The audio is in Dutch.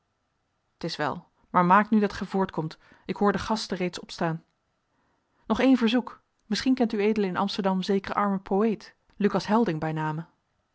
t is wel maar maak nu dat gij voortkomt ik hoor de gasten reeds opstaan nog één verzoek misschien kent ued in amsterdam zekeren armen poëet lucas helding bij name